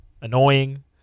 annoying